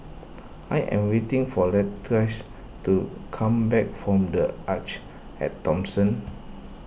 I am waiting for Latrice to come back from the Arte at Thomson